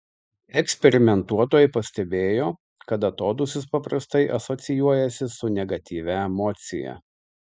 eksperimentuotojai pastebėjo kad atodūsis paprastai asocijuojasi su negatyvia emocija